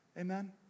Amen